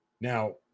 Now